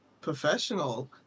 professional